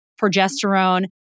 progesterone